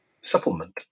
Supplement